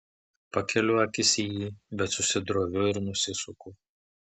pakeliu akis jį į bet susidroviu ir nusisuku